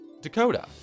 Dakota